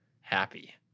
happy